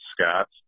Scott